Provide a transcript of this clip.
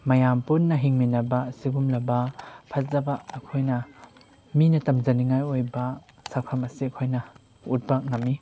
ꯃꯌꯥꯝ ꯄꯨꯟꯅ ꯍꯤꯡꯃꯤꯟꯅꯕ ꯑꯁꯤꯒꯨꯝꯂꯕ ꯐꯖꯕ ꯑꯩꯈꯣꯏꯅ ꯃꯤꯅ ꯇꯝꯖꯅꯤꯡꯉꯥꯏ ꯑꯣꯏꯕ ꯁꯛꯐꯝ ꯑꯁꯤ ꯑꯩꯈꯣꯏꯅ ꯎꯠꯄ ꯉꯝꯃꯤ